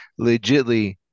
legitly